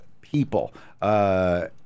people